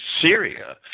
Syria